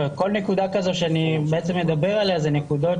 כל נקודה כזו שאני בעצם מדבר עליה זה נקודות